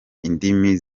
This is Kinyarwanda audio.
indimi